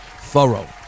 thorough